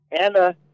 Anna